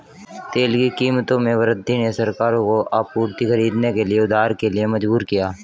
तेल की कीमतों में वृद्धि ने सरकारों को आपूर्ति खरीदने के लिए उधार के लिए मजबूर किया